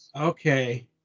okay